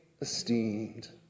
esteemed